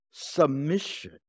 Submission